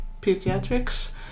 pediatrics